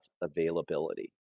availability